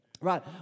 Right